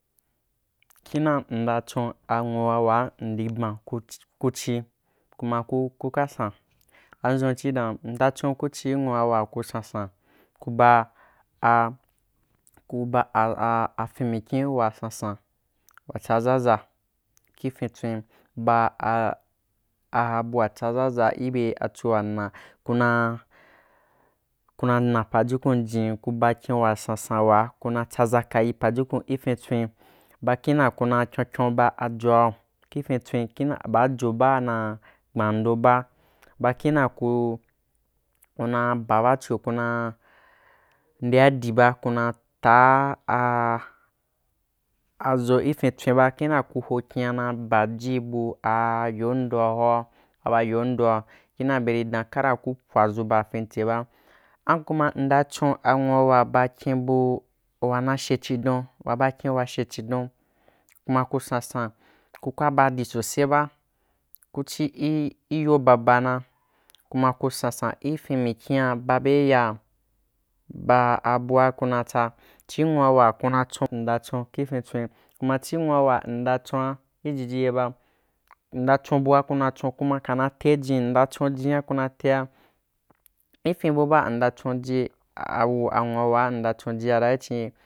Kin ndea m nda chun anwua waa mdi ban ku chi kuma ku-kuka san andʒun chií dan m nda chun ku chi nwu a wua ko san san kuba fin mikyin wa sansan wa tsaʒaʒa kí fin tswin ba a'a bya tsaʒaʒa i be achoa na kuna kuna na pajukun kí fíntswín ba kīna ku na kyonkyon ba joa ki fin tswin ki baajo baa na gban nto ba ba ki na ku–kuna ba bacho kuna dea di ba ku na ta a aʒo i fintswīn ba kiba u ho kyin'a ba jibu a-yo ndoa hoa-aba yondoa kina beri dan kara ku pwadʒu ba fintse be, an kuma mda chun a nwuawa ba kyin bu wana she chidun wa ba kyin wa she chidun kuma ku sansan kuka baɗī sose ba ku chi i yobaba na kum ku sansan i fin mikyin a ba be iyaa baa abua ku na tsa chī nwuawa ku na chun nda chun kifitswin kuma chi nwua wa mn da chori a ki jiji ye ba mnda cho bua kuna chon kuma kana tejin mnda chon jin’a kuna tea ifin buba m nda chonju nwuawa m nda chonjia ra i chin ye.